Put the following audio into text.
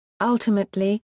Ultimately